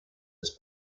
his